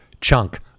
chunk